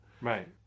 Right